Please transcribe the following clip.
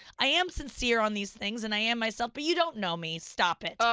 i am sincere on these things, and i am myself, but you don't know me, stop it.